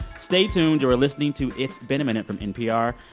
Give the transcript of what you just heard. stay tuned. you are listening to it's been a minute from npr.